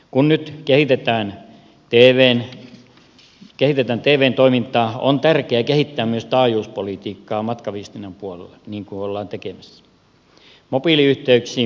kun nyt kehitetään tvn toimintaa on tärkeää kehittää myös taajuuspolitiikkaa matkaviestinnän puolella niin kuin ollaan tekemässä